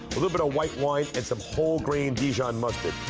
a little bit of white wine and some whole grain dijon mustard.